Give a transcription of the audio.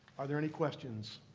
are there any questions?